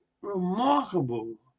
Remarkable